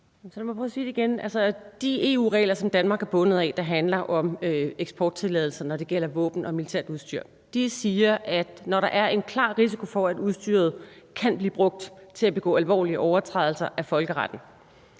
De EU-regler, som Danmark er bundet af, og som handler om eksporttilladelser, når det gælder våben og militært udstyr, siger, at når der er en klar risiko for, at udstyret kan blive brugt til at begå alvorlige overtrædelser af folkeretten,